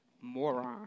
moron